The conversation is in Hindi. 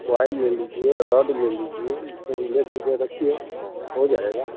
कोइल ले लीजिए रद ले लीजिए ई सब लेकर के रखिए हो जाएगा